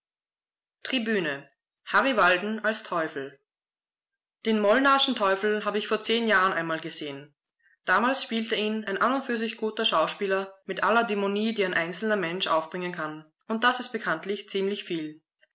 tribüne harry walden als teufel den molnrschen teufel habe ich vor zehn jahren einmal gesehen damals spielte ihn ein an und für sich guter schauspieler mit aller dämonie die ein einzelner mensch aufbringen kann und das ist bekanntlich ziemlich viel